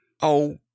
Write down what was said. Oh